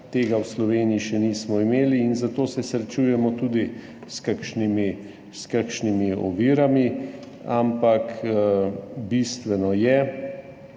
tega v Sloveniji še nismo imeli in se zato srečujemo tudi s kakšnimi ovirami. Ampak bistveno je,